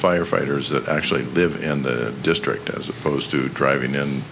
firefighters that actually live in the district as opposed to driving in